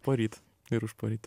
poryt ir užporyt